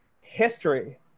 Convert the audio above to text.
history